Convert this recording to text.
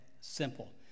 simple